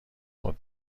خود